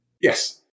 Yes